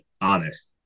honest